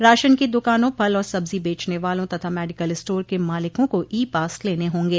ration की दुकानों फल और सब्जी बेचने वालों तथा मेडिकल स्टोर के मालिकों को ई पास लेने होंगे